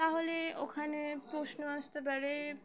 তাহলে ওখানে প্রশ্ন আসতে পারে